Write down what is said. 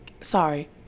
sorry